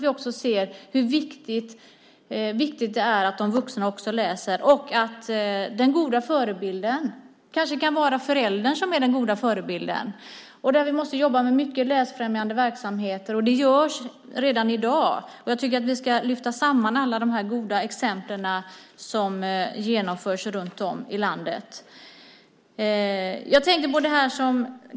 Vi måste se hur viktigt det är att också de vuxna läser. Den goda förebilden kanske kan vara en förälder. Vi måste jobba med mycket läsfrämjande verksamhet, och det görs redan i dag. Jag tycker att vi ska lyfta samman alla goda exempel på det som genomförs runt om i landet.